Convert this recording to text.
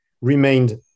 remained